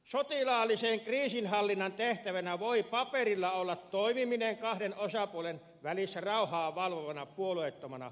sotilaallisen kriisinhallinnan tehtävänä voi paperilla olla toimiminen kahden osapuolen välissä rauhaa valvovana puolueettomana osapuolena